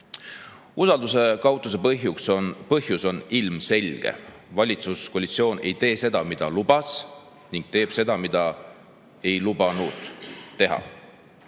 tulemus. Usalduse kaotuse põhjus on ilmselge: valitsuskoalitsioon ei tee seda, mida lubas, ning teeb seda, mida ei lubanud teha.